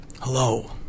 hello